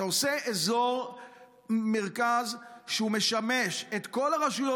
ואתה עושה אזור מרכז שמשמש את כל הרשויות.